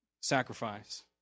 sacrifice